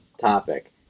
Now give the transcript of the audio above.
topic